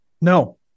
No